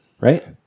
right